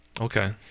Okay